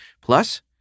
Plus